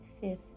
fifth